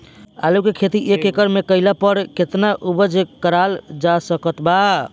आलू के खेती एक एकड़ मे कैला पर केतना उपज कराल जा सकत बा?